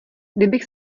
kdybych